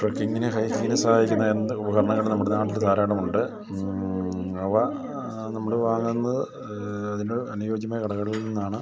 ട്രെക്കിങ്ങിന് ഹൈജീനെ സഹായിക്കുന്ന എന്ത് ഉപകരണങ്ങൾ നമ്മുടെ നാട്ടിൽ ധാരാളമുണ്ട് അവ നമ്മൾ വാങ്ങുന്നത് അതിന് അനുയോജ്യമായ കടകളിൽ നിന്നാണ്